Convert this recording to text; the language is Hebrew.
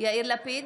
יאיר לפיד,